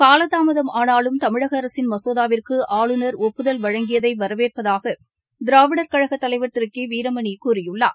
காலதாமதம் ஆனாலும் தமிழகஅரசின் மசோதாவிற்குஆளுநர் ஒப்புதல் வழங்கியதைவரவேற்பதாகதிராவிடர் கழகதலைவர் திருகீவீரமணிகூறியுள்ளார்